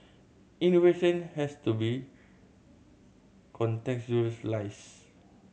innovation has to be contextualised